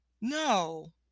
No